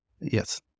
Yes